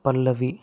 పల్లవి